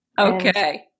okay